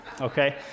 okay